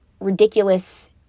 ridiculous